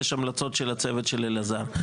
יש המלצות של הצוות של אלעזר.